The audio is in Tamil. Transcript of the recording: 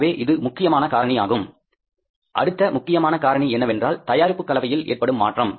எனவே இது முக்கியமான காரணி ஆகும் அடுத்த முக்கியமான காரணி என்னவென்றால் தயாரிப்பு கலவையில் ஏற்படும் மாற்றம்